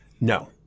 No